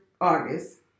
August